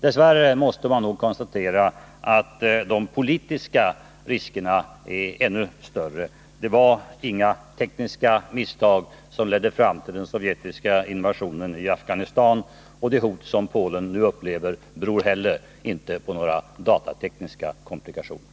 Dess värre måste man nog konstatera att de politiska riskerna är ännu större. Det var inga tekniska misstag som ledde fram till den sovjetiska invasionen av Afghanistan. Det hot som Polen nu upplever beror heller inte på några datatekniska komplikationer.